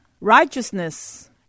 Righteousness